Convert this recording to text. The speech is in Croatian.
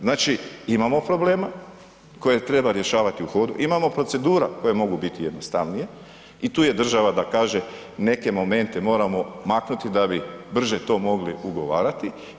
Znači imamo problema koje treba rješavati u hodu, imamo procedura koje mogu biti jednostavnije i tu je država da kaže neke momente moramo maknuti da bi brže to mogli ugovarati.